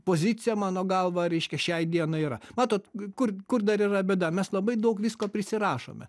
pozicija mano galva reiškia šiai dienai yra matot kur kur dar yra bėda mes labai daug visko prisirašome